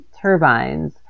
turbines